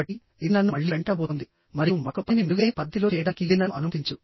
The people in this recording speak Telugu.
కాబట్టి ఇది నన్ను మళ్ళీ వెంటాడబోతోంది మరియు మరొక పనిని మెరుగైన పద్ధతిలో చేయడానికి ఇది నన్ను అనుమతించదు